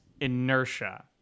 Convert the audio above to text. inertia